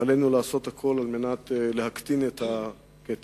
ועלינו לעשות הכול על מנת להקטין את הקטל.